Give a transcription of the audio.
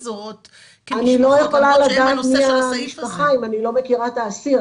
אני לא יכולה לדעת מי המשפחה אם אני לא מכירה את האסיר,